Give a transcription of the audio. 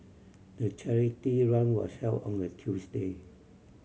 the charity run was held on a Tuesday